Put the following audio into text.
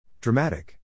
Dramatic